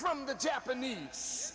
from the japanese